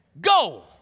Go